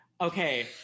okay